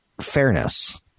fairness